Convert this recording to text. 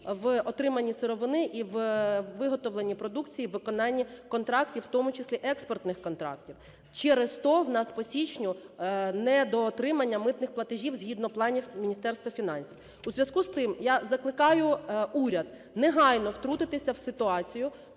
в отриманні сировини і в виготовлені продукції, у виконанні контрактів, в тому числі експортних контрактів. Через те у нас по січню недоотримання митних платежів згідно планів Міністерства фінансів. У зв'язку з цим я закликаю уряд негайно втрутитися в ситуацію.